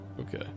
okay